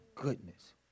goodness